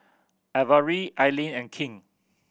Averie Ailene and King